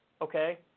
okay